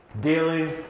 dealing